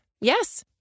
Yes